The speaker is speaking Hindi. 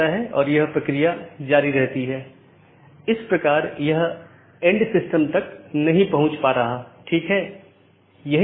इसका मतलब है कि सभी BGP सक्षम डिवाइस जिन्हें BGP राउटर या BGP डिवाइस भी कहा जाता है एक मानक का पालन करते हैं जो पैकेट को रूट करने की अनुमति देता है